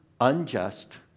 unjust